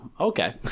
okay